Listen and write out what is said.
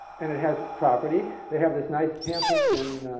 and it has property. they have this nice campus in